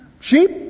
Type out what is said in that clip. sheep